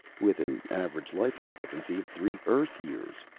with an average life expectancy of three earth years,